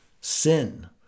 sin